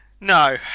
No